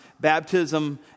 baptism